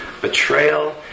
betrayal